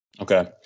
Okay